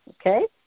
okay